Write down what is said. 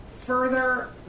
further